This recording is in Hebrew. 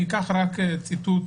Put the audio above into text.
אקח ציטוט